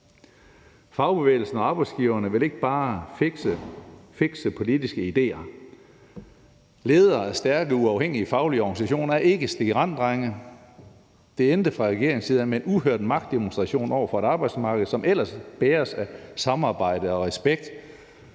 Fagbevægelsen og arbejdsgiverne vil ikke bare fikse politiske idéer. Ledere af stærke, uafhængige faglige organisationer er ikke stikirenddrenge. Det endte fra regeringens side med en uhørt magtdemonstration over for et arbejdsmarked, som ellers bæres af samarbejde og respekt,